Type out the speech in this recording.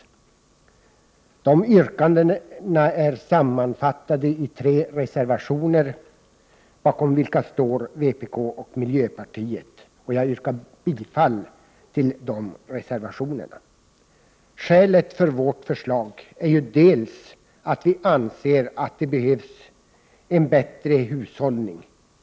Yrkandena är sammanfattade i tre reservationer, bakom vilka står vpk och miljöpartiet, och jag yrkar bifall till dem. Ett skäl till vårt förslag är att vi anser att det behövs en bättre hushållning.